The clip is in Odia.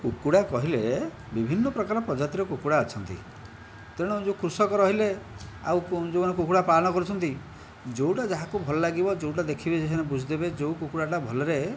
କୁକୁଡ଼ା କହିଲେ ବିଭିନ୍ନ ପ୍ରକାର ପ୍ରଜାତିର କୁକୁଡ଼ା ଅଛନ୍ତି ତେଣୁ ଯେଉଁ କୃଷକ ରହିଲେ ଆଉ କେଉଁ ଯେଉଁମାନେ କୁକୁଡ଼ା ପାଳନ କରୁଛନ୍ତି ଯେଉଁଟା ଯାହାକୁ ଭଲ ଲାଗିବ ଯେଉଁଟା ଦେଖିବେ ସେମାନେ ବୁଝିଦେବେ ଯେଉଁ କୁକୁଡ଼ାଟା ଭଲରେ